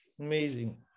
Amazing